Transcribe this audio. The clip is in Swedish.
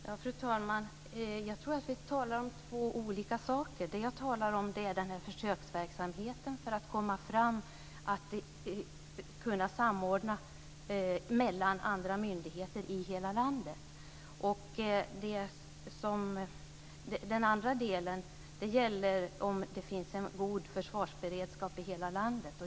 Fru talman! Jag tror att vi talar om två olika saker. Det jag talar om är en försöksverksamhet för att komma fram och kunna samordna mellan andra myndigheter i hela landet. Den andra delen gäller om det finns en god försvarsberedskap i hela landet.